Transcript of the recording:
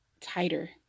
tighter